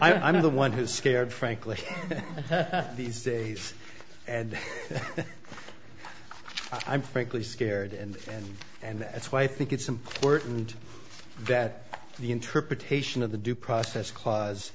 not the one who's scared frankly these days and i'm frankly scared and and and that's why i think it's important that the interpretation of the due process cla